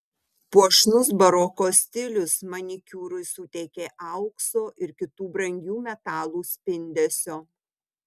puošnus baroko stilius manikiūrui suteikė aukso ir kitų brangių metalų spindesio